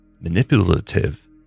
manipulative